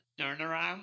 turnaround